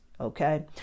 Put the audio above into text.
Okay